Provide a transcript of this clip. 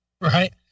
Right